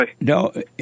no